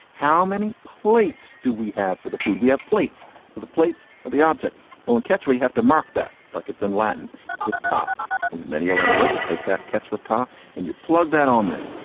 how many plates do we have for the food? we have plates to the plates of the object won't catch. we have to mark that. it's like it's in latin. it's with top roman many a lengua. you take that catch with tar and you plug that on there.